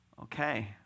Okay